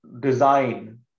design